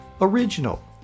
original